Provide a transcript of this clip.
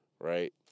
Right